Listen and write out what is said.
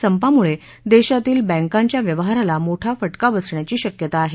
संपामुळे देशातील बक्रीच्या व्यवहाराला मोठा फटका बसण्याची शक्यता आहे